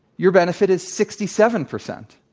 your benefits is sixty seven percent.